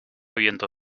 viento